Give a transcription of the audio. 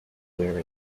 where